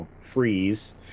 freeze